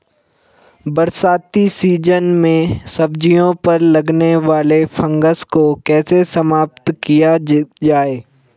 बरसाती सीजन में सब्जियों पर लगने वाले फंगस को कैसे समाप्त किया जाए?